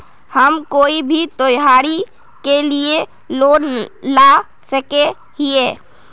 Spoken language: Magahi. हम कोई भी त्योहारी के लिए लोन ला सके हिये?